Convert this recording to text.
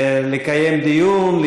לקיים דיון?